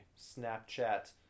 Snapchat